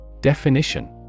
Definition